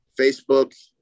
Facebook